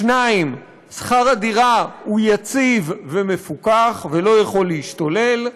2. שכר הדירה הוא יציב ומפוקח ולא יכול להשתולל,